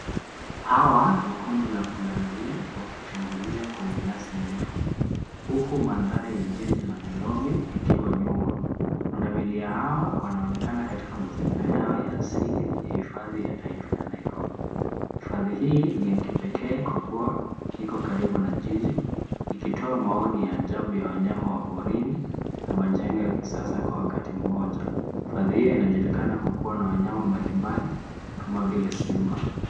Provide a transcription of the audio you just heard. Hawa ni kundi la pundamilia wakichungulia kwenye nyasi ndefu. Huku mandhari ya jiji la Nairobi yakiwa nyuma. Pundamilia hawa wanaonekana katika mazingira yao ya asili ya Hifadhi ya Taifa ya Nairobi. Hifadhi hii ni ya kipekee kwa kuwa iko karibu na jiji, ikitoa maoni ya ajabu ya wanyama wa porini na majenge ya kisasa kwa wakati mmoja. Hifadhi hii inajulikana kwa kuwa na wanyama mbalimbali kama vile simba.